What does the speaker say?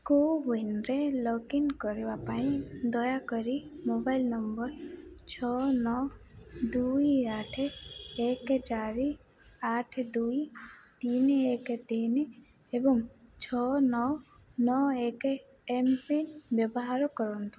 କୋୱିନରେ login କରିବା ପାଇଁ ଦୟାକରି ମୋବାଇଲ୍ ନମ୍ବର୍ ଛଅ ନଅ ଦୁଇ ଆଠ ଏକ ଚାରି ଆଠ ଦୁଇ ତିନି ଏକ ତିନି ଏବଂ ଛଅ ନଅ ନଅ ଏକ ଏମ୍ ପିନ୍ ବ୍ୟବହାର କରନ୍ତୁ